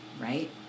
right